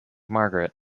margaret